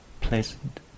Pleasant